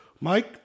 Mike